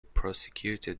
prosecuted